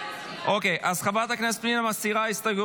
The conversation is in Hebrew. מסירה.